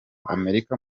amerika